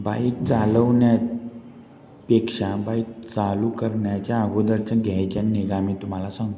bike चालवण्यापेक्षा bike चालू करण्याच्या आगोदरच्या घ्यायच्या निगा मी तुम्हाला सांगतो